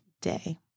day